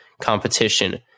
competition